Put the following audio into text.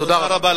תודה רבה.